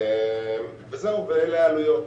אלה העלויות.